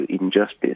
injustice